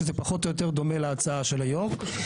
שזה פחות או יותר דומה להצעה של היו"ר.